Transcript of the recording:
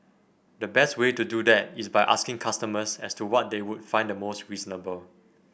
the best way to do that is by asking customers as to what they would find the most reasonable